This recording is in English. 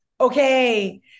okay